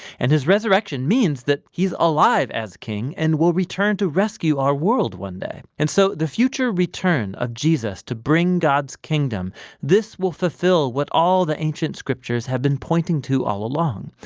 and his resurrection means that he is alive as king and will return to rescue our world one day. and so the future return of jesus to bring god's kingdom will fulfill what all the ancient scriptures have been pointing to all along.